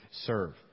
serve